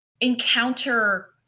encounter